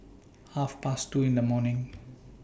Half Past two in The morning